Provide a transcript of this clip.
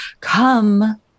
come